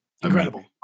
incredible